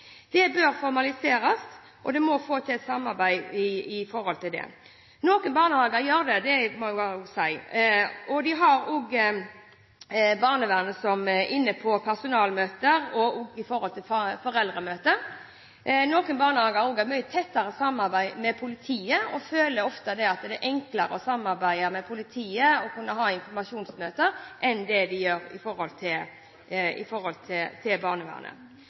Det bør formaliseres, og en må få til et samarbeid om dette. Noen barnehager gjør det – det må jeg også si – og de har barnevernet inne på personalmøter og på foreldremøter. Noen barnehager har også et mye tettere samarbeid med politiet. De føler ofte at det er enklere å samarbeide med og kunne ha informasjonsmøter med politiet, enn det